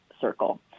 circle